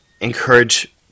encourage